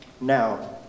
now